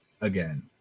again